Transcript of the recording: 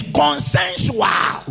consensual